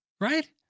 right